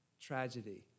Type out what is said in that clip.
tragedy